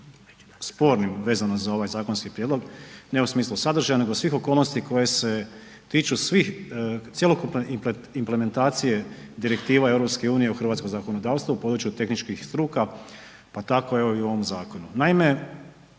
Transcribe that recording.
spornim vezano za ovaj zakonski prijedlog, ne u smislu sadržaja, nego svih okolnosti koje se tiču svih, cjelokupne implementacije Direktiva EU u hrvatsko zakonodavstvo u području tehničkih struka, pa tako evo i u ovom zakonu.